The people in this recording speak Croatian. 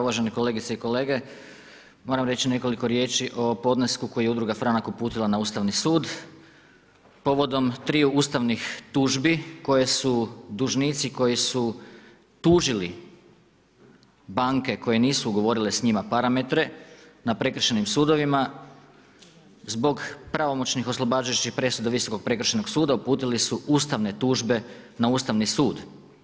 Uvažene kolegice i kolege, moram reći nekoliko riječi o podnesku koji je udruga Franak uputila na Ustavni sud, povodom triju ustavnih tužbi koje su dužnici koji su tužili banke koje nisu ugovorile s njima parametre na prekršajnim sudovima zbog pravomoćnih oslobađajućih presuda Visokog prekršajnog suda, uputili su ustavne tužbe na Ustavni sud.